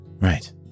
Right